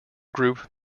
group